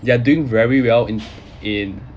they are doing very well in in